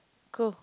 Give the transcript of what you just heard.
cool